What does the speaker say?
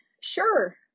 sure